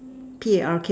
P A R K